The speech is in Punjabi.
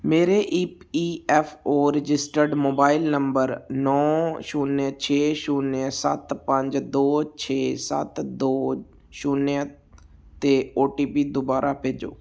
ਮੇਰੇ E P F O registered mobile number ਨੌਂ ਛੁਨਿਆ ਛੇ ਛੁਨਿਆ ਸੱਤ ਪੰਜ ਦੋ ਛੇ ਸੱਤ ਦੋ ਛੁਨਿਆ 'ਤੇ ਓ ਟੀ ਪੀ ਦੁਬਾਰਾ ਭੇਜੋ